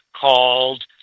called